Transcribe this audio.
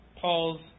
Paul's